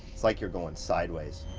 like you're going sideways.